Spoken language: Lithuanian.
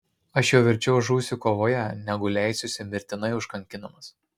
aš jau verčiau žūsiu kovoje negu leisiuosi mirtinai užkankinamas